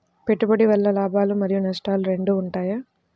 పెట్టుబడి వల్ల లాభాలు మరియు నష్టాలు రెండు ఉంటాయా?